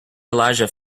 elijah